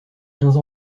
quinze